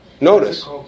Notice